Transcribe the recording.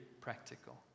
practical